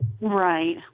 Right